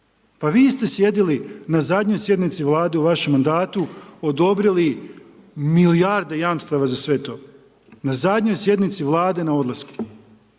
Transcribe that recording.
Pa vi ste sjedili na zadnjoj sjednici Vlade u vašem mandatu, odobrili milijarde jamstava za sve to, na zadnjoj sjednici Vlade na odlasku